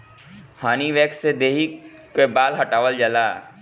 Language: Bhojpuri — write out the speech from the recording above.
हनी वैक्स से देहि कअ बाल हटावल जाला